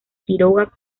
quiroga